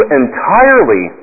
entirely